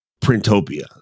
Printopia